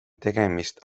tegemist